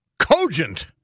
Cogent